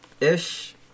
ish